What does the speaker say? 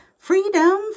Freedom